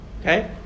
Okay